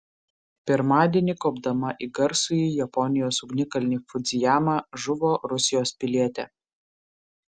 pirmadienį kopdama į garsųjį japonijos ugnikalnį fudzijamą žuvo rusijos pilietė